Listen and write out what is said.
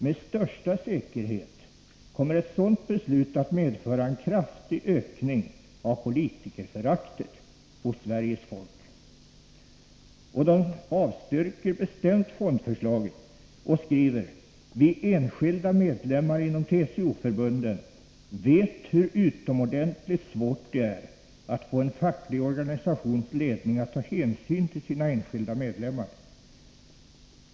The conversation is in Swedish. Med största säkerhet kommer ett sådant beslut att medföra en kraftig ökning av politikerföraktet hos Sveriges folk.” ”TCO:are för fondomröstning” avstyrker bestämt fondförslaget och skriver: ”Vi enskilda medlemmar inom TCO-förbunden vet hur utomordentligt svårt det är att få en facklig organisations ledning att ta hänsyn till sina enskilda medlemmar.